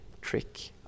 trick